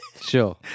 Sure